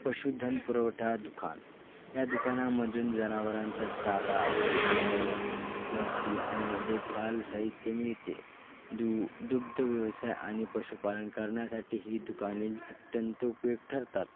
पशुधन पुरवठा दुकान या दुकानामधून जनावरांचा चारा औषधी ल लसी आणि देखभाल साहित्य मिळते दु दुग्ध व्यवसाय आणि पशुपालन करण्यासाठी ही दुकाने अत्यंत उपयोग ठरतात